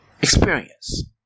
Experience